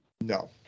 No